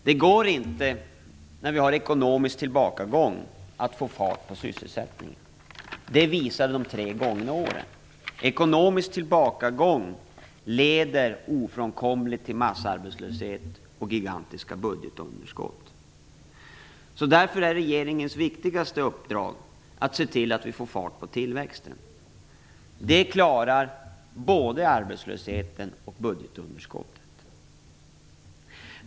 Det går inte att få fart på sysselsättningen när vi har ekonomisk tillbakagång. De visar de tre gångna åren. Ekonomisk tillbakagång leder ofrånkomligt till massarbetslöshet och gigantiska budgetunderskott. Därför är regeringens viktigaste uppdrag att se till att vi får fart på tillväxten. Det klarar både arbetslösheten och budgetunderskottet.